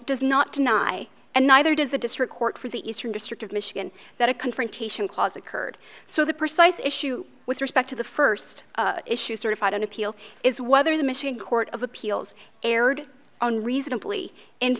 does not deny and neither does the district court for the eastern district of michigan that a confrontation clause occurred so the precise issue with respect to the first issue certified an appeal is whether the machine court of appeals erred on reasonably